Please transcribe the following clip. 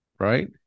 Right